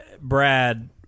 Brad